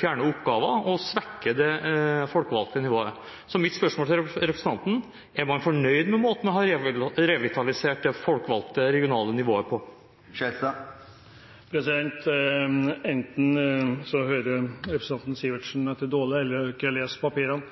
fjerne oppgaver og svekke det folkevalgte nivået. Mitt spørsmål til representanten er: Er man fornøyd med måten man har revitalisert det folkevalgte regionale nivået på? Enten hører representanten Sivertsen dårlig eller så har han ikke lest papirene.